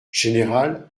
général